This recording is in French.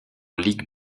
ligue